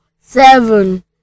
seven